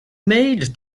made